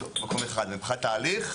מבחינת ההליך,